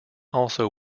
also